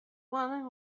woman